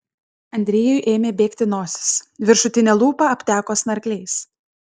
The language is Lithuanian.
andrejui ėmė bėgti nosis viršutinė lūpa apteko snargliais